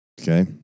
okay